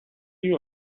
you